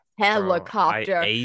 helicopter